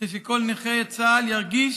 כדי שכל נכה צה"ל ירגיש